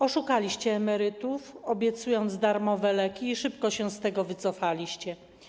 Oszukaliście emerytów, obiecując darmowe leki, i szybko się z tego wycofaliście.